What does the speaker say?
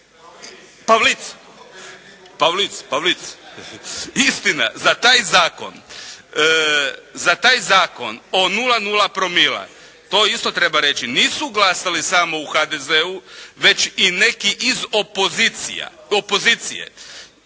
za taj zakon, za taj zakon o 0,0 promila, to isto treba reći nisu glasali samo u HDZ-u već i neki iz opozicija,